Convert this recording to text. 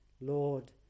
Lord